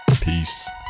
Peace